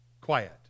quiet